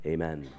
Amen